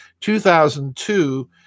2002